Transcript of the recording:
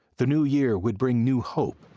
the new year would bring new hope,